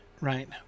right